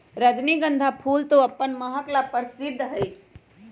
रजनीगंधा फूल तो अपन महक ला प्रसिद्ध हई